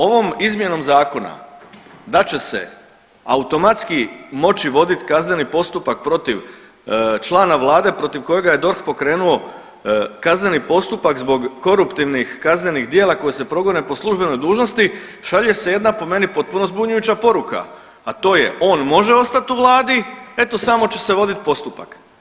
Ovom izmjenom zakona da će se automatski moći vodit kazneni postupak protiv člana vlade protiv kojega je DORH pokrenuo kazneni postupak zbog koruptivnih kaznenih djela koje se progone po službenoj dužnosti šalje se jedna po meni potpuno zbunjujuća poruka, a to je on može ostat u vladi eto samo će se voditi postupak.